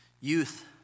Youth